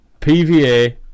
PVA